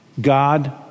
God